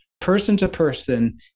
person-to-person